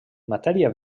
matèria